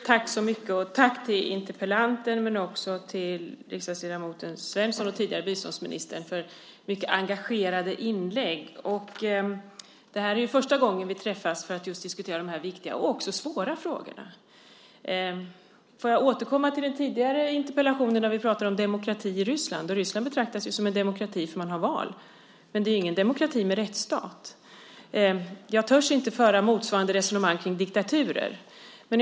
Herr talman! Tack till interpellanten och till riksdagsledamoten Svensson, tidigare biståndsminister, för mycket engagerade inlägg. Detta är första gången vi träffas för att diskutera dessa viktiga och svåra frågor. I den tidigare interpellationen diskuterade vi demokrati i Ryssland. Ryssland betraktas ju som en demokrati för att man har val. Men det är ingen demokrati i betydelsen rättsstat. Jag törs inte föra ett motsvarande resonemang när det gäller diktaturer.